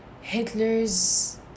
Hitler's